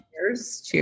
Cheers